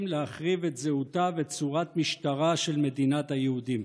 להחריב את זהותה וצורת משטרה של מדינת היהודים.